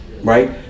right